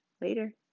Later